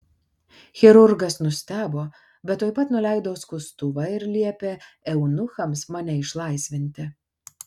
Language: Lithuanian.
chirurgas nustebo bet tuoj pat nuleido skustuvą ir liepė eunuchams mane išlaisvinti